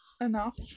Enough